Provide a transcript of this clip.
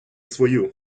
свою